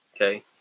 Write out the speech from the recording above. Okay